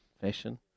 fashion